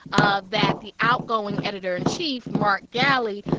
ah that the outgoing editor-in-chief, mark galli,